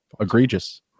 egregious